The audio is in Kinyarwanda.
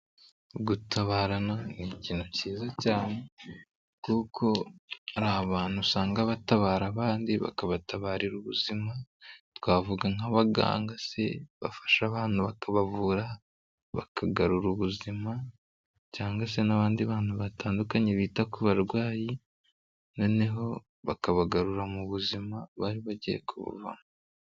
Gutabarana ni ikintu cyiza cyane kuko hari abantu usanga batabara abandi bakabatabarira ubuzima twavuga nk'abaganga se bafasha abantu bakabavura bakagarura ubuzima cyangwa se n'abandi bantu batandukanye bita ku barwayi, noneho bakabagarura mu buzima bari bagiye kubabuvamo.